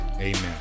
Amen